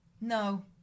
No